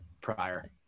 prior